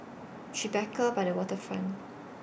Tribeca By The Waterfront